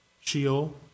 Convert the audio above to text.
Sheol